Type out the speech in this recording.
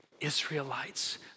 Israelites